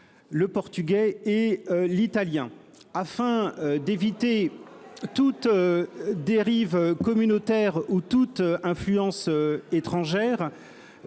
Non, pas l'italien ! Afin d'éviter toute dérive communautaire ou toute influence étrangère,